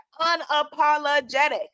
unapologetic